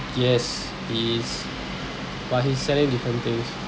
yes he is but he's selling different things